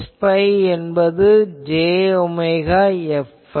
Hϕ என்பது j omega Fϕ